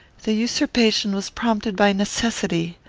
the usurpation was prompted by necessity.